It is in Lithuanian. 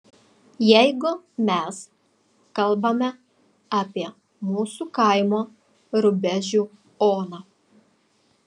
jeigu mes kalbame apie mūsų kaimo rubežių oną